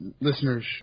listeners